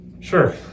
Sure